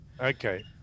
okay